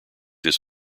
his